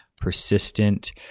persistent